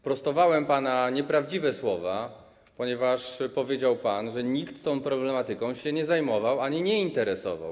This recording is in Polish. Prostowałem pana nieprawdziwe słowa, ponieważ powiedział pan, że nikt tą problematyką się nie zajmował ani nie interesował.